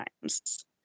times